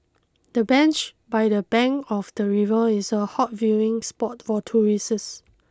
the bench by the bank of the river is a hot viewing spot for tourists